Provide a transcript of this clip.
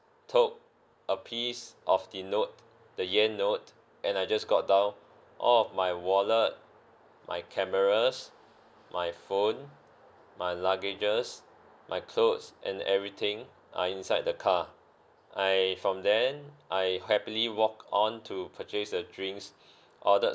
took a piece of the note the yen note and I just got down all of my wallet my cameras my phone my luggages my clothes and everything are inside the car I from then I happily walked on to purchase the drinks ordered